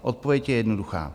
Odpověď je jednoduchá.